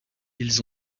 ils